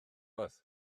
oedd